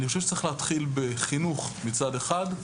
אני חושב שצריך להתחיל בחינוך מצד אחד,